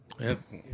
Yes